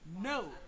No